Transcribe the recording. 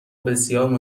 بسیار